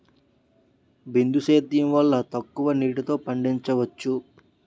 బిందు సేద్యం వల్ల తక్కువ నీటితో పండించవచ్చు